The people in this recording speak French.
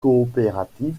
coopératives